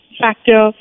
factor